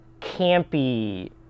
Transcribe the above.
campy